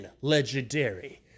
legendary